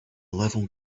level